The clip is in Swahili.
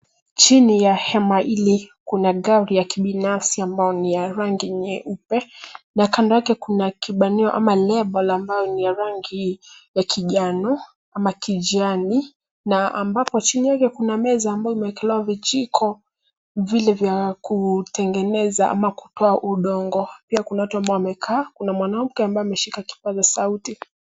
Chini ya hema hili kuna gari ya kibinafsi ambayo ni ya rangi ya nyeupe na kando yake kuna kibanio ama lebo ambayo ni ya rangi ya kijano ama kijani na ambapo chini yake kuna meza ambayo imewekelewa vijiko vile vya kutengeneza ama kutoa udongo. Pia kuna watu ambao wamekaa kuna mwanamke ambaye ameshika kipaza sauti.